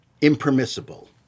impermissible